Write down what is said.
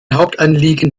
hauptanliegen